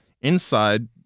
inside